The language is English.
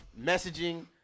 messaging